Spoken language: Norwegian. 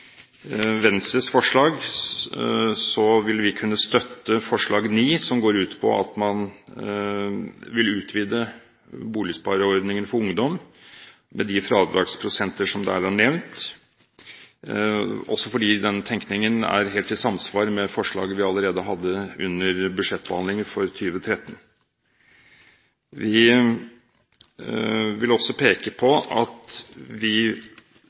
Venstres forslag, vil vi kunne støtte forslag nr. 9, som går ut på at man vil utvide boligspareordningen for ungdom med de fradragsprosenter som der er nevnt. Denne tenkningen er også helt i samsvar med forslaget vi hadde under budsjettbehandlingen for 2013. Vi vil også peke på at